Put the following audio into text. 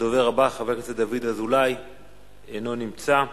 הדובר הבא, חבר הכנסת דוד אזולאי, אינו נמצא.